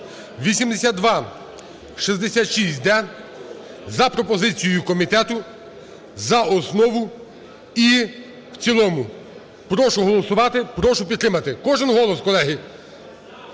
(8266-д) за пропозицією комітету за основу і в цілому. Прошу голосувати, прошу підтримати. Кожен колос, колеги,